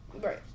Right